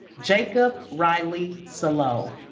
jakob riley saloh